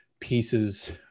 Pieces